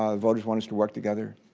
um voters want us to work together.